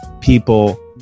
people